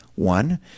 One